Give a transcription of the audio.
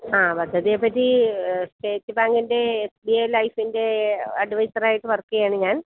ആ പദ്ധതിയെപ്പറ്റി സ്റ്റേറ്റ് ബാങ്കിൻ്റെ എസ് ബി ഐ ലൈഫിൻ്റെ അഡ്വൈസറായിട്ട് വർക്ക് ചെയ്യുകയാണ് ഞാൻ